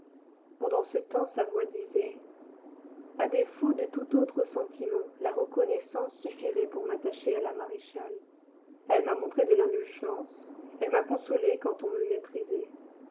pendant ce temps sa voix disait a défaut de tout autre sentiment la reconnaissance suffirait pour m'attacher à la maréchale elle m'a montré de l'indulgence elle m'a consolé quand on me méprisait